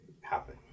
happen